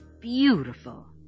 beautiful